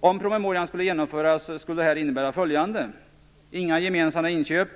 Om promemorian skulle genomföras skulle det innebära följande. Inga gemensamma inköp.